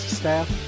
staff